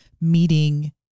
meeting